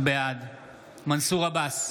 בעד מנסור עבאס,